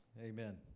Amen